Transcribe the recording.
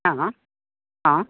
आं आं